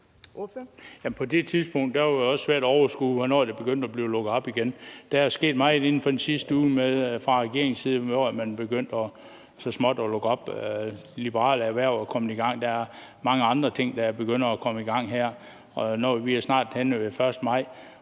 på det tidspunkt var det også svært at overskue, hvornår der begyndte at blive lukket op igen. Der er jo sket meget inden for den sidste uge fra regeringens side, hvor man så småt er begyndt at lukke op. De liberale erhverv er kommet i gang, og der er mange andre ting, der begynder at komme i gang her. Vi er også snart henne ved den 1. maj,